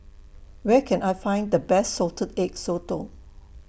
Where Can I Find The Best Salted Egg Sotong